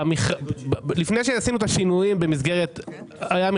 לפני שעשינו את השינויים היה מכרז.